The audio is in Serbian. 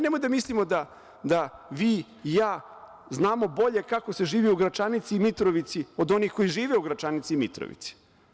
Nemojmo da mislimo da vi i ja znamo bolje kako se živi u Gračanici i Mitrovici od onih koji žive u Gračanici i Mitrovici.